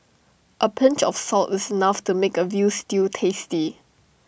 A pinch of salt is enough to make A Veal Stew tasty